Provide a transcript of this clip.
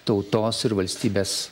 tautos ir valstybės